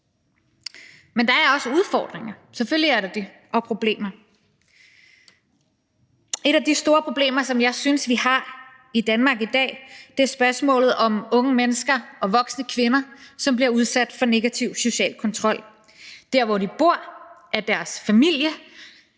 Men der er også udfordringer og problemer – selvfølgelig er der det. Et af de store problemer, som jeg synes vi har i Danmark i dag, er spørgsmålet om unge mennesker og voksne kvinder, som bliver udsat for negativ social kontrol der, hvor de bor, af deres familie